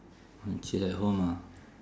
want to chill at home ah